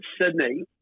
Sydney